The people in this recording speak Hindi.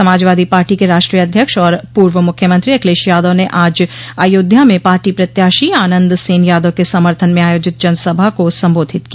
समाजवादी पार्टी के राष्ट्रीय अध्यक्ष और पूर्व मुख्यमंत्री अखिलेश यादव ने आज अयोध्या में पार्टी प्रत्याशी आनन्द सेन यादव के समर्थन में आयोजित जनसभा को संबोधित किया